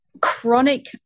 chronic